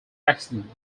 accident